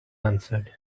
answered